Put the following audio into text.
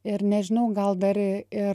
ir nežinau gal dar ir